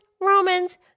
Romans